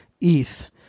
ETH